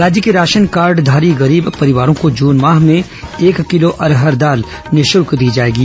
राज्य के राशन कार्डघारी गरीब परिवारों को जून माह में एक किलो अरहर दाल निःशुल्क दी जाएगी